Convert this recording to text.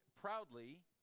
proudly